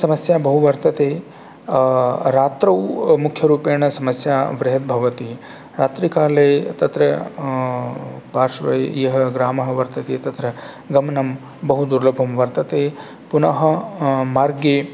समस्या बहु वर्तते रात्रौ मुख्यरूपेण समस्या बृहत् भवति रात्रिकाले तत्र पार्श्वे यः ग्रामः वर्तते तत्र गमनं बहुदुर्लभं वर्तते पुनः मार्गे